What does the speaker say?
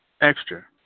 extra